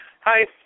Hi